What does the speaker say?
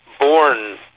born